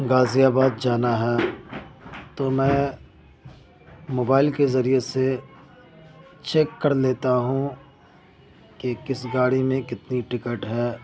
غازی آباد جانا ہے تو میں موبائل کے ذریعے سے چیک کر لیتا ہوں کہ کس گاڑی میں کتنی ٹکٹ ہے